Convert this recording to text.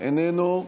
איננו,